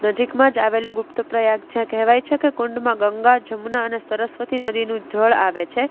નજીકમાં જ આવેલું ગુપ્ત પ્રયાગ જ્યાં કહેવાય છે કે કુંડમાં ગંગા જમુના અને સરસ્વતી નદીનું જળ આવે છે